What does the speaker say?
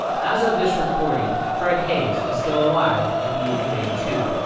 as of this recording, fred haise is still alive at the age of eighty two.